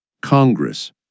Congress